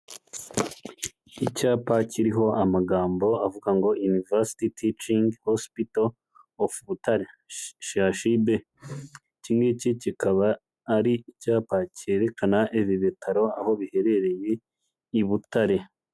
Icyapa kiriho amagambo avuga ngo University Teaching Hospital of Butare CHUB, iki ngiki kikaba ari icyapa cyerekana ibi bitaro aho biherereye i butare.